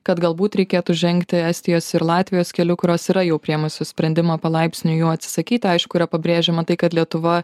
kad galbūt reikėtų žengti estijos ir latvijos keliu kurios yra jau priėmusi sprendimą palaipsniui jų atsisakyti aišku yra pabrėžiama tai kad lietuva